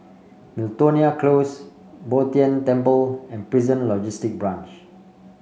Miltonia Close Bo Tien Temple and Prison Logistic Branch